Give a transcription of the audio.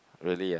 really ah